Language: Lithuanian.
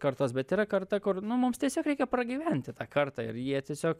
kartos bet yra karta kur nu mums tiesiog reikia pragyventi tą kartą ir jie tiesiog